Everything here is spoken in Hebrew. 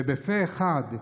ופה אחד,